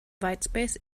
whitespace